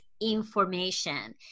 information